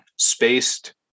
spaced